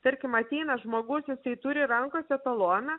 tarkim ateina žmogus jisai turi rankose taloną